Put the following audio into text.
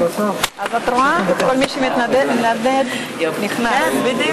הכנסת, לפני